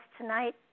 tonight